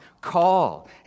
call